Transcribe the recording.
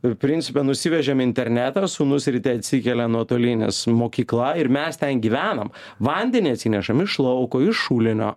jau principe nusivežėm internetą sūnus ryte atsikelia nuotolinis mokykla ir mes ten gyvenom vandenį atsinešameiš lauko iš šulinio